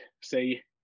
say